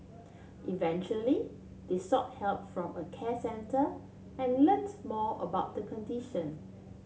eventually they sought help from a care centre and learnt more about the condition